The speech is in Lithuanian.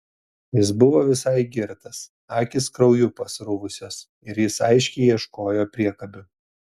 jis buvo visai girtas akys krauju pasruvusios ir jis aiškiai ieškojo priekabių